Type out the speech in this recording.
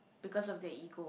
because of their ego